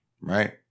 right